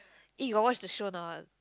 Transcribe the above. eh you got watch the show or not